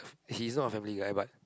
he's not a family guy but